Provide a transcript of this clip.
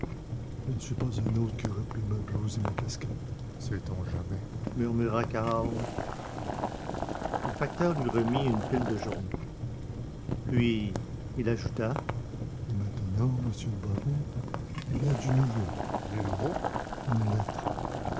je ne suis pas un autre qui aurait pris ma blouse et ma casquette sait-on jamais murmura cahorn le facteur lui remit une pile de journaux puis il ajouta et maintenant monsieur le baron il y a du nouveau du nouveau une lettre